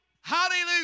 Hallelujah